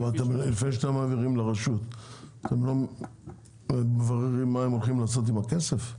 אבל לפני שאתם מעבירים לרשות אתם לא מבררים מה הם הולכים לעשות עם הכסף?